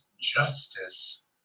justice